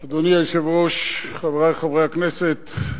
היושב-ראש, חברי חברי הכנסת,